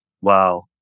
Wow